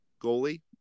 goalie